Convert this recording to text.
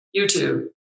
YouTube